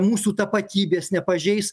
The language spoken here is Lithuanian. mūsų tapatybės nepažeis